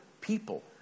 people